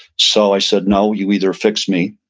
so i said no, you either fix me,